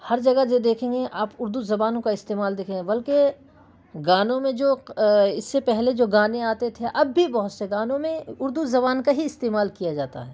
ہر جگہ جو دیکھیں گے آپ اردو زبانوں کا استعمال دیکھیں گے بلکہ گانوں میں جو اس سے پہلے جو گانے آتے تھے اب بھی بہت سے گانوں میں اردو زبان کا ہی استعمال کیا جاتا ہے